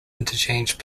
interchange